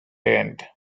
end